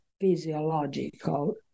physiological